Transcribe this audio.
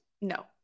No